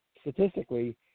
statistically